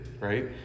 right